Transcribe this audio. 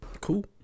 cool